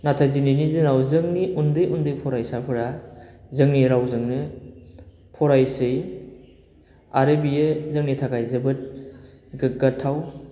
नाथाय दिनैनि दिनाव जोंनि उन्दै उन्दै फरायसाफोरा जोंनि रावजोंनो फरायसै आरो बियो जोंनि थाखाय जोबोद गोग्गाथाव